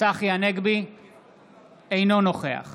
אינו נוכח